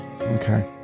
Okay